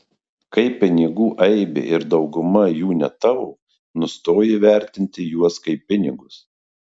kai pinigų aibė ir dauguma jų ne tavo nustoji vertinti juos kaip pinigus